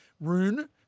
Rune